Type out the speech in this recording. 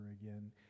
again